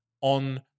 on